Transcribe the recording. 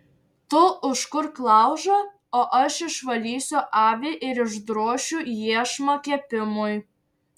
tu užkurk laužą o aš išvalysiu avį ir išdrošiu iešmą kepimui